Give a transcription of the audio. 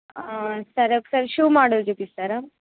సరే ఒకసారి shoe model చూపిస్తారా